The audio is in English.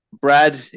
Brad